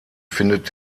findet